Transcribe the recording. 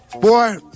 Boy